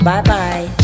Bye-bye